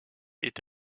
est